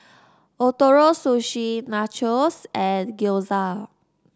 Ootoro Sushi Nachos and Gyoza